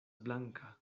blanka